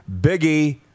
Biggie